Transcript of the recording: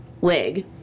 Wig